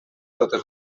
totes